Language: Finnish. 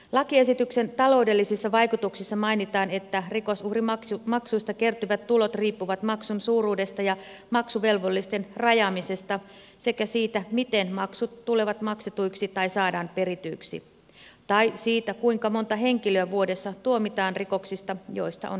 lakiesityksen taloudellisissa vaikutuksissa mainitaan että rikosuhrimaksuista kertyvät tulot riippuvat maksun suuruudesta ja maksuvelvollisten rajaamisesta sekä siitä miten maksut tulevat maksetuiksi tai saadaan perityiksi ja siitä kuinka monta henkilöä vuodessa tuomitaan rikoksista joista on vankeusuhka